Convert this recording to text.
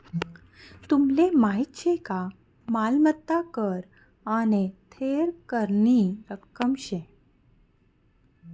तुमले माहीत शे का मालमत्ता कर आने थेर करनी रक्कम शे